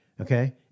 okay